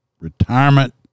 retirement